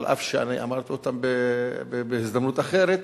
אף שאני אמרתי אותם בהזדמנות אחרת,